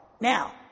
Now